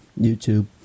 YouTube